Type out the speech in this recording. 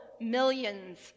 millions